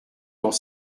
dans